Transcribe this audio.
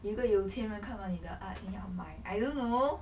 有一个有钱人看到你的 art and 要买 I don't know